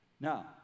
Now